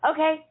Okay